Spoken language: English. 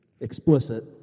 explicit